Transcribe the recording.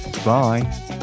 Bye